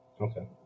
okay